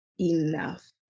enough